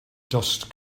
dust